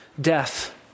death